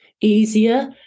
easier